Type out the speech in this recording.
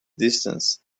distance